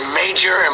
major